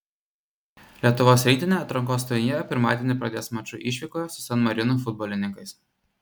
lietuvos rinktinė atrankos turnyrą pirmadienį pradės maču išvykoje su san marino futbolininkais